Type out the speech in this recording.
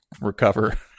recover